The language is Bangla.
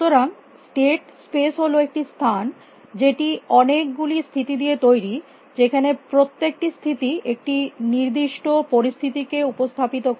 সুতরাং স্টেট স্পেস হল একটি স্থান যেটি অনেক গুলি স্থিতি দিয়ে তৈরী যেখানে প্রত্যেকটি স্থিতি একটি নির্দিষ্ট পরিস্থিতি কে উপস্থাপিত করে